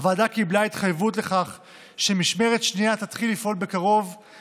הוועדה קיבלה התחייבות לכך שמשמרת שנייה תתחיל לפעול בקרוב,